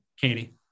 Katie